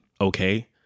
okay